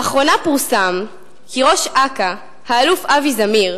לאחרונה פורסם כי ראש אכ"א, האלוף אבי זמיר,